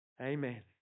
amen